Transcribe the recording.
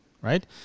right